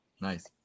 Nice